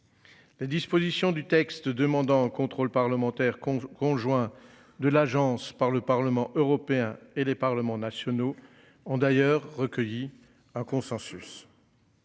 Les dispositions du texte demandant contrôle parlementaire conjoint. De l'Agence par le Parlement européen et les parlements nationaux ont d'ailleurs recueilli un consensus.